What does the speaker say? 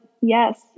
yes